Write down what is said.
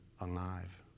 alive